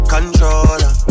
Controller